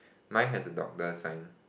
mine has a doctor sign